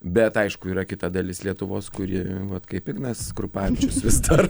bet aišku yra kita dalis lietuvos kuri vat kaip ignas krupavičius vis dar